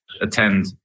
attend